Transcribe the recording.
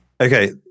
Okay